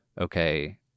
okay